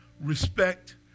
respect